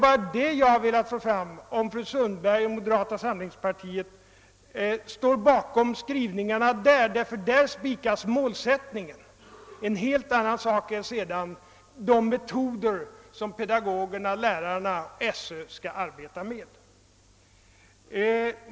Jag har velat få fram om fru Sundberg och moderata samlingspartiets ledamöter står bakom skrivningarna i läroplanen — där spikas målsättningen. En helt annan sak är sedan de metoder som pedagogerna — SÖ skall arbeta med.